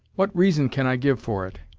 what reason can i give for it?